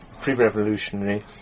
pre-revolutionary